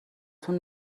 تون